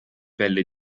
pelle